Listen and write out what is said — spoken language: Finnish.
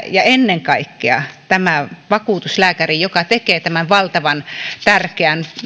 ja ennen kaikkea tämä vakuutuslääkäri joka tekee tämän valtavan tärkeän